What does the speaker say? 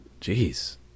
Jeez